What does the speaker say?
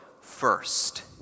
first